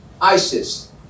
ISIS